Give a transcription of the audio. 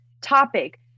topic